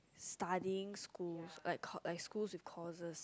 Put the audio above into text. studying school like school courses